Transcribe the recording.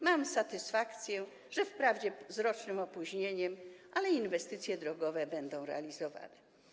Mam satysfakcję, że wprawdzie z rocznym opóźnieniem, ale inwestycje drogowe będą jednak realizowane.